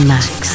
Max